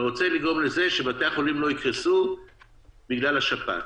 אתה רוצה לגרום לזה שבתי-החולים לא יקרסו בגלל השפעת.